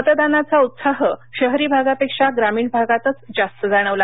मतदानाचा उत्साह शहरी भागापेक्षा ग्रामीण भागातच जास्त जाणवला